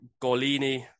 Golini